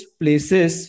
places